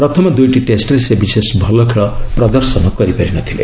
ପ୍ରଥମ ଦୁଇଟି ଟେଷ୍ଟରେ ସେ ବିଶେଷ ଭଲ ଖେଳ ପ୍ରଦର୍ଶନ କରିପାରି ନଥିଲେ